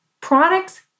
products